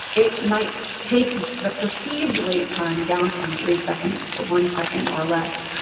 it might take the perceived wait time down from three seconds to one second or less.